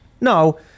No